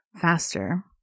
faster